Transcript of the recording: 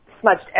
smudged